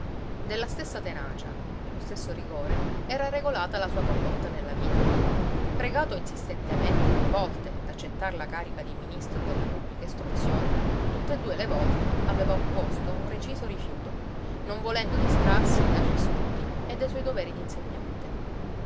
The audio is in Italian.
della stessa tenacia dello stesso rigore era regolata la sua condotta nella vita pregato insistentemente due volte d'accettar la carica di ministro della pubblica istruzione tutt'e due le volte aveva opposto un reciso rifiuto non volendo distrarsi dai suoi studii e dai suoi doveri d'insegnante